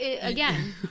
again